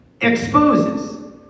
exposes